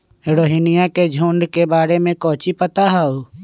रोहिनया के झुंड के बारे में कौची पता हाउ?